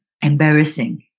embarrassing